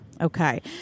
Okay